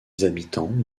habitants